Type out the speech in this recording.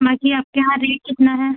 बाकी आपके यहाँ रेट कितना है